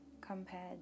compared